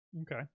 Okay